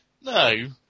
No